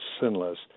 sinless